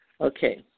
Okay